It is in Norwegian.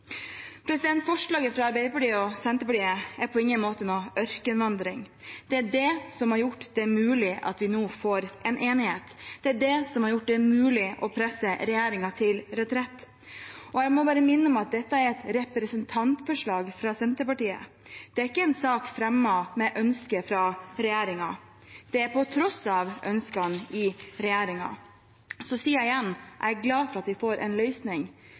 Forslaget fra Arbeiderpartiet og Senterpartiet er på ingen måte noen ørkenvandring. Det er det som har gjort det mulig at vi nå får en enighet. Det er det som har gjort det mulig å presse regjeringen til retrett. Jeg må bare minne om at dette er et representantforslag fra Senterpartiet, det er ikke en sak fremmet med ønske fra regjeringen. Det er på tross av ønskene i regjeringen. Så sier jeg igjen: Jeg er glad for at vi får en løsning,